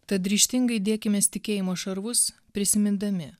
tad ryžtingai dėkimės tikėjimo šarvus prisimindami